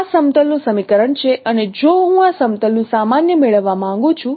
આ સમતલનું સમીકરણ છે અને જો હું આ સમતલનું સામાન્ય મેળવવા માંગું છું